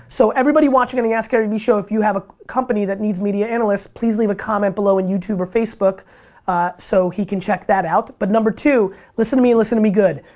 so everybody watching in the askgaryvee show if you have a company that needs media analysts please leave a comment below in youtube or facebook so he can check that out. but number two, listen to me and listen to me good.